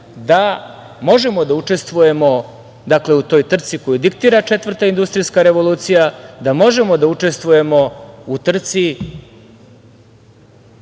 da možemo da učestvujemo u toj trci koju diktira Četvrta industrijska revolucija, da možemo da učestvujemo u trci